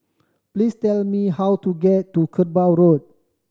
please tell me how to get to Kerbau Road